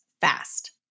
fast